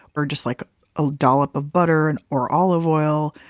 or just like a dollop of butter and or olive oil.